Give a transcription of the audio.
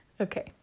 Okay